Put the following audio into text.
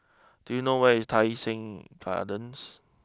do you know where is Tai sing Gardens